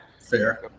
Fair